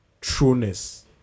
trueness